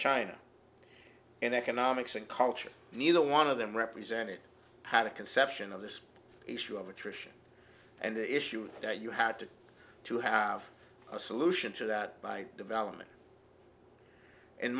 china in economics and culture neither one of them represented had a conception of this issue of attrition and the issues that you had to to have a solution to that by development and